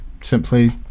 simply